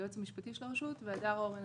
יועץ משפטי של הרשות; הדר הורן,